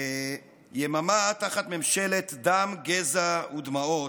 יממה תחת ממשלת ממשלת דם, גזע ודמעות: